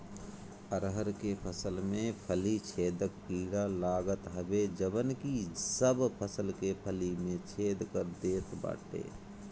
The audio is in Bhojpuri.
अरहर के फसल में फली छेदक कीड़ा लागत हवे जवन की सब फसल के फली में छेद कर देत बाटे